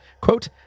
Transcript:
quote